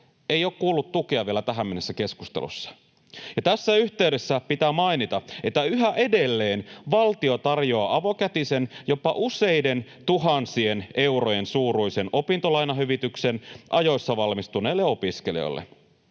Ei ole kuulunut tukea vielä tähän mennessä keskustelussa. Tässä yhteydessä pitää mainita, että yhä edelleen valtio tarjoaa avokätisen, jopa useiden tuhansien eurojen suuruisen opintolainahyvityksen ajoissa valmistuneille opiskelijoille.